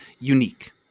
unique